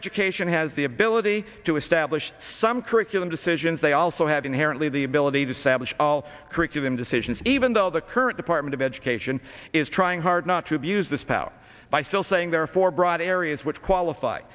education has the ability to establish some curriculum decisions they also have inherently the ability to sabotage all curriculum decisions even though the current department of education is trying hard not to abuse this power by still saying there are four broad areas which qualif